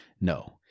no